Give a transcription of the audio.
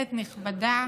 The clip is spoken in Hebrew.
כנסת נכבדה,